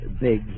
big